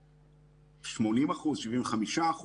80%-75%,